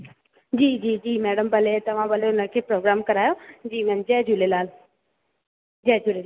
जी जी जी मैडम भले तव्हां भले उनखे प्रोग्राम करायो जी मैम जय झूलेलाल जय झूलेलाल